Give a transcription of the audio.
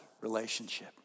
relationship